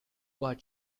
but